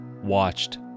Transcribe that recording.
watched